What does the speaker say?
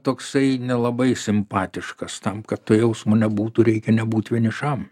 toksai nelabai simpatiškas tam kad to jausmo nebūtų reikia nebūt vienišam